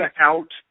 out